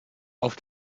auf